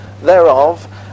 thereof